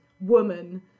woman